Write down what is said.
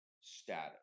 status